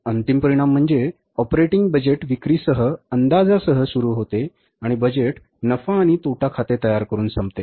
अंतिम परिणाम म्हणजे ऑपरेटिंग बजेट विक्रीसह अंदाजासह सुरू होते आणि बजेट नफा आणि तोटा खाते तयार करुन संपते